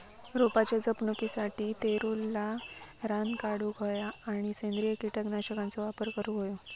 रोपाच्या जपणुकीसाठी तेतुरला रान काढूक होया आणि सेंद्रिय कीटकनाशकांचो वापर करुक होयो